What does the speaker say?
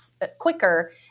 quicker